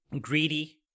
greedy